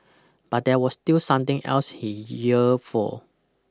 but there was still something else he yearned for